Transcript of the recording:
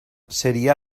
seria